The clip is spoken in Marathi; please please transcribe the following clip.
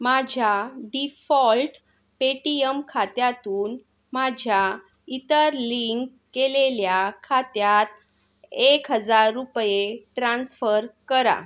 माझ्या डिफॉल्ट पेटीयम खात्यातून माझ्या इतर लिंक केलेल्या खात्यात एक हजार रुपये ट्रान्स्फर करा